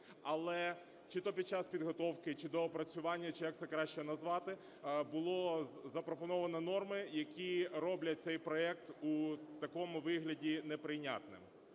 але чи то під час підготовки чи доопрацювання, чи як це краще назвати, було запропоновано норми, які роблять цей проект у такому вигляді неприйнятним.